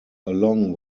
along